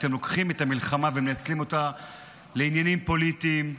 שאתם לוקחים את המלחמה ומנצלים אותה לעניינים פוליטיים צרים.